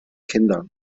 kinder